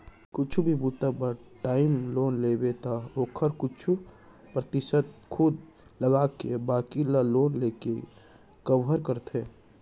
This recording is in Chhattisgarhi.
कुछु भी बूता बर टर्म लोन लेबे त ओखर कुछु परतिसत खुद लगाके बाकी ल लोन लेके कभर करथे